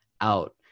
out